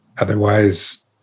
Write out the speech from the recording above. Otherwise